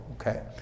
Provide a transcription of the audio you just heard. Okay